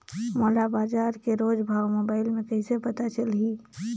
मोला बजार के रोज भाव मोबाइल मे कइसे पता चलही?